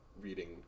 reading